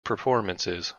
performances